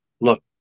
look